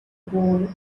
boy